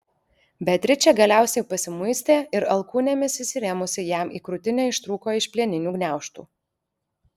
beatričė galiausiai pasimuistė ir alkūnėmis įsirėmusi jam į krūtinę ištrūko iš plieninių gniaužtų